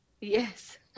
yes